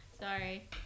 Sorry